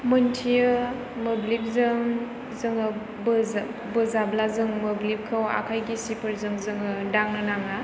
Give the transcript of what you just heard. मिथियो मोब्लिबजों जोङो बोजाब्ला जोङो मोब्लिबखौ आखाइ गिसिफोरजों जोङो दांनो नाङा